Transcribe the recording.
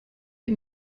ihr